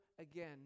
again